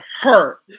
hurt